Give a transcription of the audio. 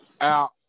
out